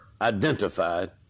identified